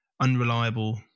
unreliable